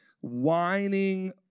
whining